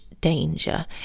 danger